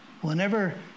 whenever